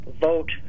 vote